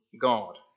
God